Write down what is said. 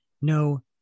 No